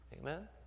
Amen